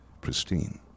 Pristine